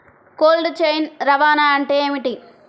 Cold chain రవాణా అంటే ఏమిటీ?